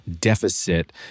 deficit